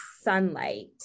sunlight